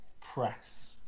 press